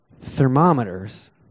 thermometers